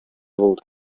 булды